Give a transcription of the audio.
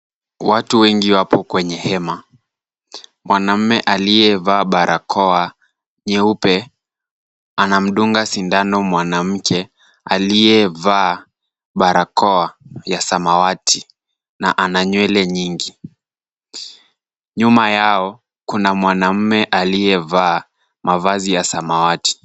Watu wengi wapo kwenye hema. Mwanaume aliyevaa barakoa nyeupe anamdunga sindano mwanamke aliyevaa barakoa ya samawati na ana nywele nyingi. Nyuma yao kuna mwanaume aliyevaa mavazi ya samawati.